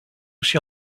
aussi